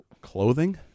Clothing